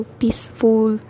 peaceful